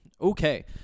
Okay